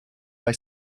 for